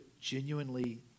genuinely